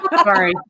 Sorry